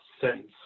sentence